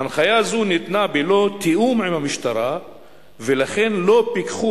הנחיה זו ניתנה בלא תיאום עם המשטרה ולכן לא פיקחו